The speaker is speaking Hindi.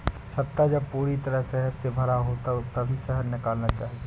छत्ता जब पूरी तरह शहद से भरा हो तभी शहद निकालना चाहिए